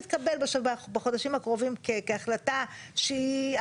זה הולך להתקבל בחודשים הקרובים כהחלטה שהיא,